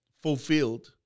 fulfilled